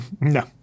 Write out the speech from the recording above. no